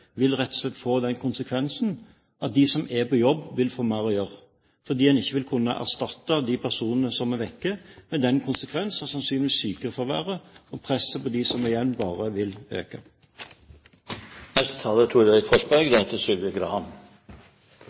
vil rett og slett få den konsekvensen at de som er på jobb, vil få mer å gjøre fordi en ikke vil kunne erstatte de personene som er borte, med den konsekvens at sykefraværet og presset på dem som er igjen, sannsynligvis bare vil øke.